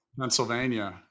Pennsylvania